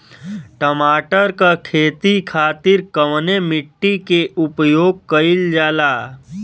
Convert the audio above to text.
टमाटर क खेती खातिर कवने मिट्टी के उपयोग कइलजाला?